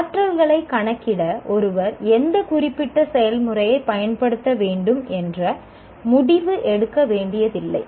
ஆற்றல்களை கணக்கிட ஒருவர் எந்த குறிப்பிட்ட செயல்முறையை பயன்படுத்த வேண்டும் என்ற முடிவு எடுக்க வேண்டியதில்லை